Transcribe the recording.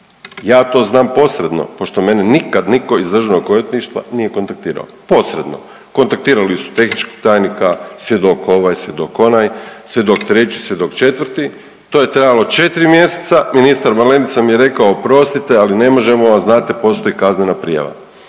Ja to znam posredno pošto mene nikad nitko iz DORH-a nije kontaktirao. Posredno, kontaktirali su tehničkog tajnika, svjedok ovaj, svjedok onaj, svjedok treći, svjedok četvrti, to je trajalo 4 mjeseca, ministar Malenica mi je rekao oprostite, ali ne možemo vas, znate postoji kaznena prijava.